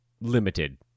limited